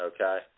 Okay